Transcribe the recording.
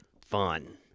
fun